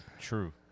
True